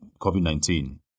COVID-19